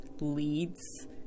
leads